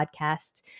podcast